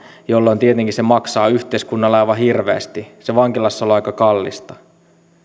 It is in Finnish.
jolloin tietenkin se maksaa yhteiskunnalle aivan hirveästi se vankilassaolo on aika kallista